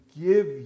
Give